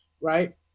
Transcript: right